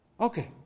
Okay